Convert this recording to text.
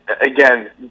again